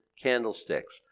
candlesticks